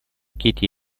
кити